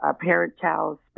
parent-child